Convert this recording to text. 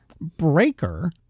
Breaker